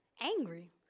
angry